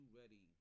ready